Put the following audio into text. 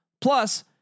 Plus